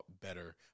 better